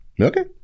okay